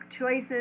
choices